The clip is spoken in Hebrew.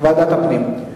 ועדת הפנים.